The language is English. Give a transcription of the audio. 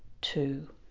two